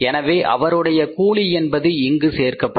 எனவே அவருடைய கூலி என்பது இங்கு சேர்க்கப்படும்